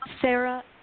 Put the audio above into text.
Sarah